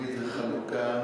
תוכנית החלוקה